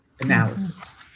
analysis